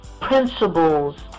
principles